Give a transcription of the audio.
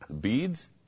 beads